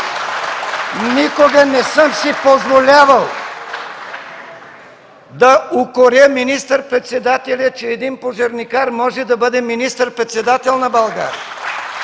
Никога не съм си позволявал да укоря министър-председателя, че пожарникар може да бъде министър-председател на България